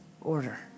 Order